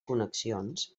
connexions